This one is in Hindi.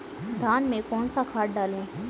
धान में कौन सा खाद डालें?